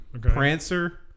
Prancer